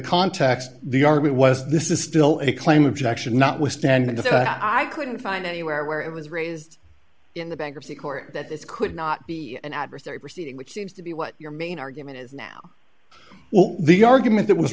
context the r v was this is still a claim objection notwithstanding the fact that i couldn't find anywhere where it was raised in the bankruptcy court that this could not be an adversary proceeding which seems to be what your main argument is now well the argument that was